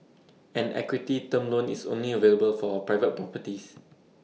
an equity term loan is only available for private properties